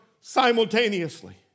simultaneously